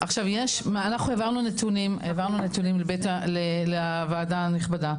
אנחנו העברנו נתונים לוועדה הנכבדה,